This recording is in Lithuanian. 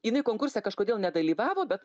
jinai konkurse kažkodėl nedalyvavo bet